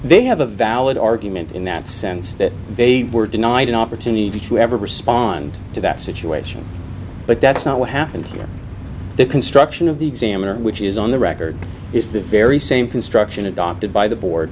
they have a valid argument in that sense that they were denied an opportunity to ever respond to that situation but that's not what happened here the construction of the examiner which is on the record is the very same construction adopted by the board